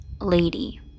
lady